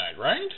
right